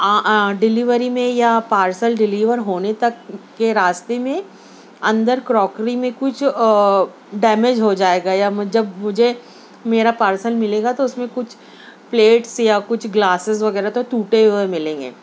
delivery میں یا parcel deliver ہونے تک کے راستے میں اندر کروکری میں کچھ ڈیمج ہو جائے گا یا جب مجھے میرا پارسل ملے گا تو اس میں کچھ پلیٹس یا کچھ گلاسز وغیرہ تو ٹوٹے ہوئے ملیں گے